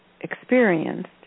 experienced